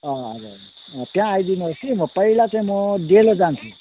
अँ हजुर त्यहाँ आइदिनु होस् कि म पहिला चाहिँ म डेलो जान्छु